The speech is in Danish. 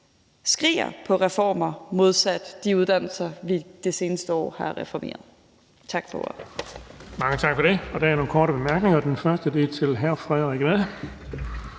skriger på reformer, modsat de uddannelser, vi i det seneste år har reformeret. Tak for ordet.